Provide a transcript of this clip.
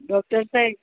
doctor Saheb